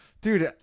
Dude